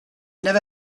never